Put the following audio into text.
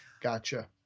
Gotcha